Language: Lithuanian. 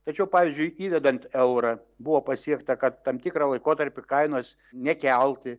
tačiau pavyzdžiui įvedant eurą buvo pasiekta kad tam tikrą laikotarpį kainos nekelti